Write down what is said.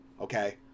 okay